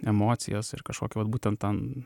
emocijos ir kažkoki vat būtent ta